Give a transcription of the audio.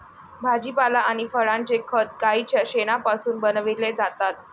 भाजीपाला आणि फळांचे खत गाईच्या शेणापासून बनविलेले जातात